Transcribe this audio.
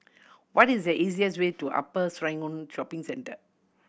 what is the easiest way to Upper Serangoon Shopping Centre